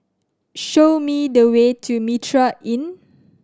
show me the way to Mitraa Inn